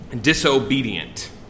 disobedient